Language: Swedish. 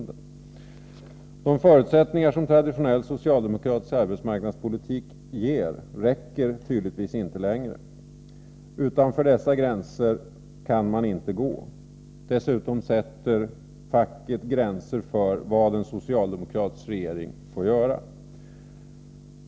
De förutsättningar som traditionell socialdemokratisk arbetsmarknadspolitik ger räcker tydligtvis inte längre. Utanför dessa gränser kan man inte gå. Dessutom sätter facket gränser för vad en socialdemokratisk regering får göra.